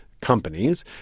companies